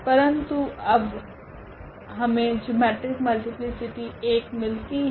परंतु अब हमे जिओमेट्रिक मल्टीप्लीसिटी 1 मिलती है